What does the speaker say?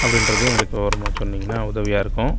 அப்படின்றதையும் எங்களுக்கு விவரமாக சொன்னிங்கன்னால் உதவியாகருக்கும்